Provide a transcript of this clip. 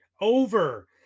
over